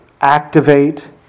activate